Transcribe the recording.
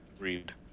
read